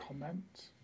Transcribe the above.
comment